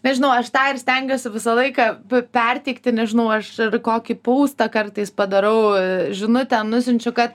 nežinau aš tą ir stengiuosi visą laiką perteikti nežinau aš kokį poustą kartais padarau žinutę nusiunčiu ka